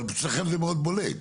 אבל אצלם זה מאוד בולט.